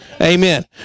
Amen